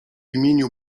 imieniu